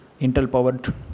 Intel-powered